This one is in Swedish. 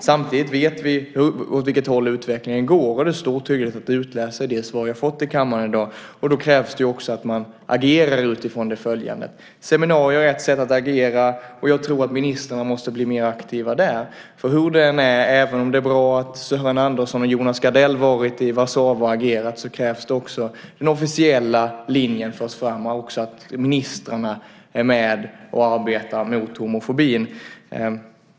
Samtidigt vet vi åt vilket håll utvecklingen går. Det står tydligt att utläsa ur det svar jag har fått i kammaren i dag. Då krävs också att man agerar utifrån det. Seminarier är ett sätt att agera, och jag tror att ministrarna måste bli mer aktiva där. Hur det än är, även om det är bra att Sören Andersson och Jonas Gardell varit i Warszawa och agerat, krävs också att den officiella linjen förs fram, att ministrarna är med och arbetar mot homofobin.